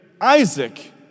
Isaac